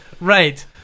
right